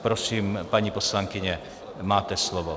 Prosím, paní poslankyně, máte slovo.